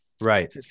Right